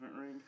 ring